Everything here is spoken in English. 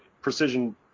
precision